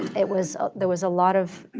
it was there was a lot of